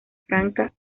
franca